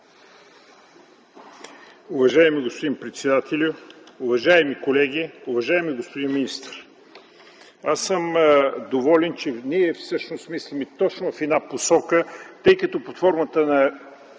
Уважаеми господин председателю, уважаеми колеги, уважаеми господин министър! Аз съм доволен, че ние всъщност мислим точно в една посока, тъй като под формата на